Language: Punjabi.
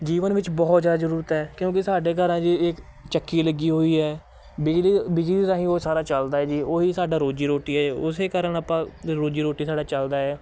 ਜੀਵਨ ਵਿੱਚ ਬਹੁਤ ਜ਼ਿਆਦਾ ਜ਼ਰੂਰਤ ਹੈ ਕਿਉਂਕਿ ਸਾਡੇ ਘਰ ਆ ਜੀ ਇੱਕ ਚੱਕੀ ਲੱਗੀ ਹੋਈ ਹੈ ਬਿਜਲੀ ਬਿਜਲੀ ਦੇ ਰਾਹੀਂ ਉਹ ਸਾਰਾ ਚੱਲਦਾ ਹੈ ਜੀ ਉਹੀ ਸਾਡਾ ਰੋਜ਼ੀ ਰੋਟੀ ਹੈ ਉਸੇ ਕਾਰਨ ਆਪਾਂ ਰੋਜ਼ੀ ਰੋਟੀ ਸਾਡਾ ਚੱਲਦਾ ਹੈ